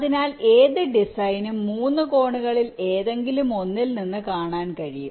അതിനാൽ ഏത് ഡിസൈനും 3 കോണുകളിൽ ഏതെങ്കിലും ഒന്നിൽ നിന്ന് കാണാൻ കഴിയും